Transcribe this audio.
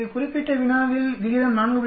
இந்த குறிப்பிட்ட வினாவில் விகிதம் 4